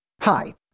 Hi